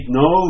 no